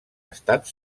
estat